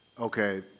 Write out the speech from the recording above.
okay